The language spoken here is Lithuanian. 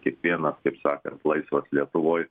kiekvienas kaip sakant laisvas lietuvoj